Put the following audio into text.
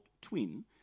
twin